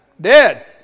Dead